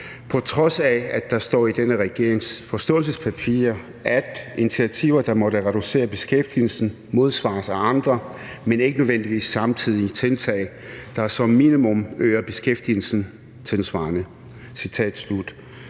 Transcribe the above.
på trods af at der står i denne regerings forståelsespapir, at initiativer, der måtte reducere beskæftigelsen, modsvares af andre, men ikke nødvendigvis samtidige tiltag, der som minimum øger beskæftigelsen tilsvarende.